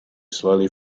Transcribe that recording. slowly